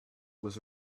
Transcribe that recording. was